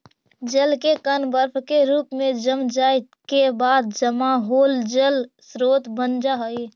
जल के कण बर्फ के रूप में जम जाए के बाद जमा होल जल स्रोत बन जा हई